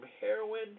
heroin